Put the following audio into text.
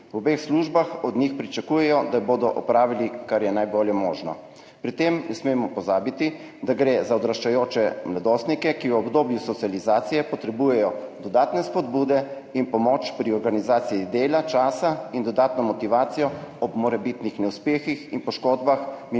V obeh službah od njih pričakujejo, da bodo opravili kar se da najboljše. Pri tem ne smemo pozabiti, da gre za odraščajoče mladostnike, ki potrebujejo v obdobju socializacije dodatne spodbude in pomoč pri organizaciji dela, časa in dodatno motivacijo ob morebitnih neuspehih in poškodbah, mimo